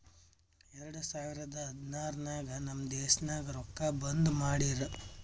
ಎರಡು ಸಾವಿರದ ಹದ್ನಾರ್ ನಾಗ್ ನಮ್ ದೇಶನಾಗ್ ರೊಕ್ಕಾ ಬಂದ್ ಮಾಡಿರೂ